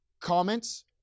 comments